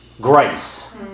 Grace